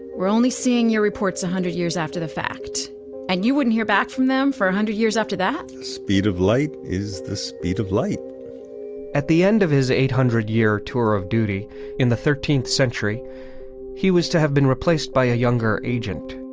we're only seeing your reports one hundred years after the fact and you wouldn't hear back from them for a hundred years after that speed of light is the speed of light at the end of his eight hundred year tour of duty in the thirteenth century he was to have been replaced by a younger agent,